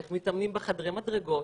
איך מתאמנים בחדרי מדרגות,